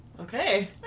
Okay